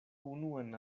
unuan